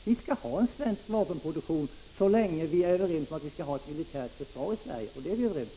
Vi skall ha en svensk vapenproduktion så länge vi är överens om att vi skall ha ett militärt försvar i Sverige, och det är vi överens om.